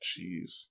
jeez